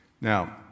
Now